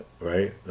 Right